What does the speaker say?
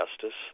justice